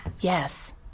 yes